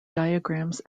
diagrams